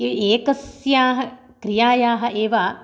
ए एकस्याः क्रियायाः एव